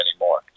anymore